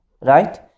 Right